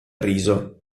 riso